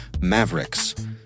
Mavericks